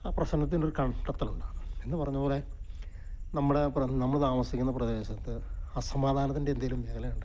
ആ പ്രശ്നത്തിൻ്റെ ഒരു കണ്ടെത്തലുണ്ട് എന്ന് പറഞ്ഞ പോലെ നമ്മുടെ നമ്മൾ താമസിക്കുന്ന പ്രദേശത്ത് അസമാധാനത്തിൻ്റെ എന്തേലും മേഖല ഉണ്ടെങ്കിൽ